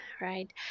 right